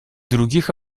других